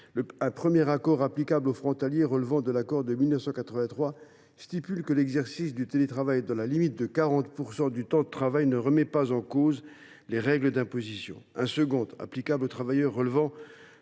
Un premier accord, applicable aux frontaliers relevant de l’accord de 1983, stipule que l’exercice du télétravail, dans la limite de 40 % du temps de travail, ne remet pas en cause les règles d’imposition. Un second accord, applicable aux travailleurs relevant